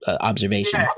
observation